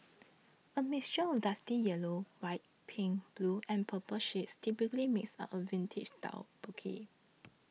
a mixture of dusty yellow white pink blue and purple shades typically makes up a vintage style bouquet